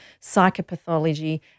psychopathology